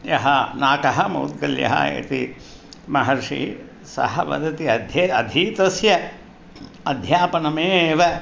यः नाकः मौद्गल्यः इति महर्षि सः वदति अध्ये अधीतस्य अध्यापनमेव